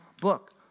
book